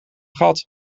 gat